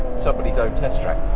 somebody's own test track.